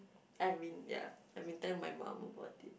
I mean ya I've been telling my mum about it